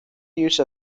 use